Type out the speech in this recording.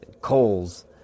coals